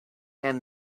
and